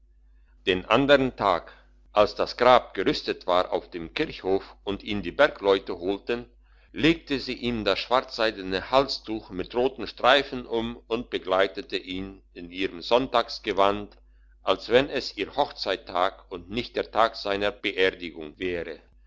den andern tag als das grab gerüstet war auf dem kirchhof und ihn die bergleute holten schloß sie ein kästlein auf legte ihm das schwarzseidene halstuch mit roten streifen um und begleitete ihn in ihrem sonntagsgewand als wenn es ihr hochzeitstag und nicht der tag seiner beerdigung wäre